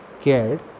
cared